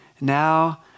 Now